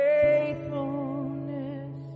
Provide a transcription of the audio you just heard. faithfulness